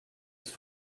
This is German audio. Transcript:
ist